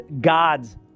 God's